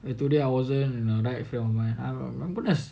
today I wasn't in the right frame of mind I I'm gonna